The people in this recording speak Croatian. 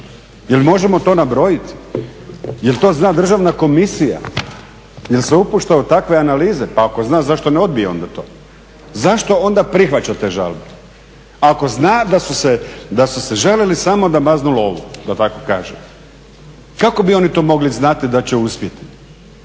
Je li možemo to nabrojiti? Je li to zna državna komisija? Jel se upušta u takve analize? Pa ako zna zašto ne odbije onda to? Zašto onda prihvaćate žalbu? Ako zna da su se žalili samo da maznu lovu da tako kažem. Kako bi oni to mogli znati da će uspjeti?